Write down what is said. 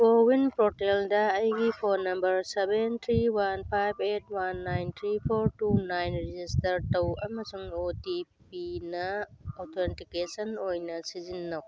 CoWIN ꯄꯣꯔꯇꯦꯜꯗ ꯑꯩꯒꯤ phone number seven three one five eight one nine three four two nine register ꯇꯧ ꯑꯃꯁꯨꯡ O T ꯄꯤꯅ authentication ꯑꯣꯏꯅ ꯁꯤꯖꯤꯟꯅꯧ